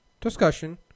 discussion